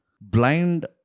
blind